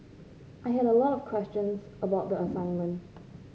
I had a lot of questions about the assignment